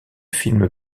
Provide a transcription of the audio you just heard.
films